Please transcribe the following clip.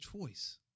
choice